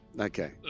Okay